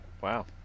Wow